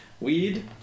weed